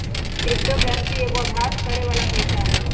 crypto currency एगो अभास करेके बला पइसा हइ